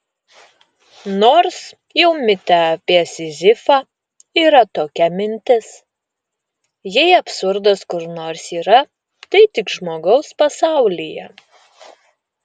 nors jau mite apie sizifą yra tokia mintis jei absurdas kur nors yra tai tik žmogaus pasaulyje